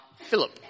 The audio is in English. Philip